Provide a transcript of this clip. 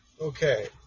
Okay